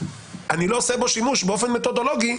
אני לא עושה בו שימוש באופן מתודולוגי,